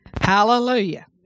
Hallelujah